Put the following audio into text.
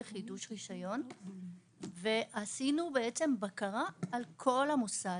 חידוש רישיון ועשינו בקרה על כל המוסד,